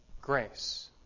grace